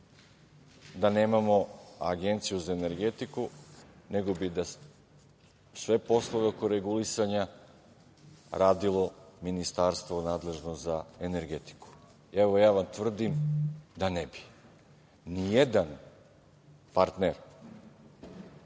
da nemamo Agenciju za energetiku, nego bi sve poslove oko regulisanja radilo ministarstvo nadležno za energetiku. Ja vam tvrdim da ne bi. Nijedan partner